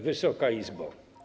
Wysoka Izbo!